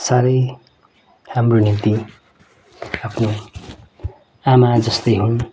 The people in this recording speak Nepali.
साह्रै हाम्रो निम्ति आफ्नो आमा जस्तै हुन्